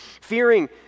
Fearing